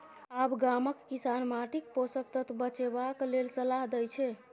आब गामक किसान माटिक पोषक तत्व बचेबाक लेल सलाह दै छै